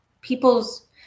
people's